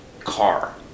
car